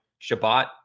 Shabbat